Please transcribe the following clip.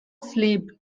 sleep